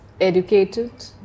educated